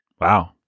Wow